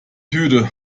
tüte